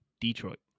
Detroit